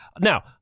Now